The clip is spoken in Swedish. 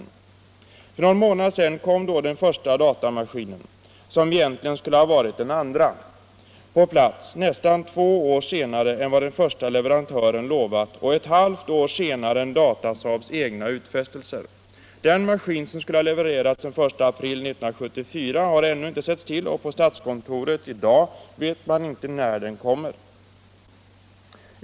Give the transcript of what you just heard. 21 mars 1975 För någon månad sedan kom då den första datamaskinen —- som egentt = ligen skulle ha varit den andra — på plats nästan två år senare än vad Om försvarets inköp den första leverantören lovat och ett halvt år senare än Datasaabs egna av datorer utfästelser. Den maskin som skulle ha levererats den 1 april 1974 har ännu inte settstill, och på statskontoret vet man i dag inte när den kommer.